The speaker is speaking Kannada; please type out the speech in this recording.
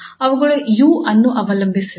ಅವುಗಳು 𝑢 ಅನ್ನು ಅವಲಂಬಿಸಿಲ್ಲ